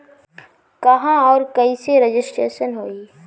कहवा और कईसे रजिटेशन होई?